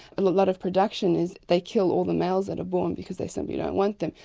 a lot of production is. they kill all the males that are born because they simply don't want them.